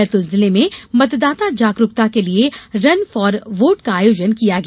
बैतूल जिले में मतदाता जागरुकता के लिए रन फार वोट का आयोजन किया गया